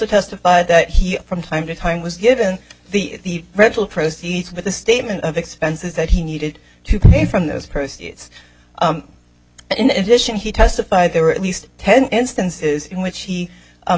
testified that he from time to time was given the rental proceeds with the statement of expenses that he needed to pay from those proceeds in addition he testified there were at least ten instances in which he